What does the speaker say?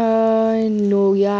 err no ya